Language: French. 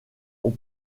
ont